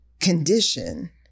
condition